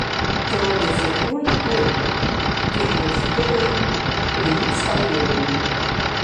rodėsi tuoj tuoj tie gniaužtu vai sugnybs tau liemenį